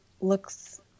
looks